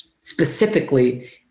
specifically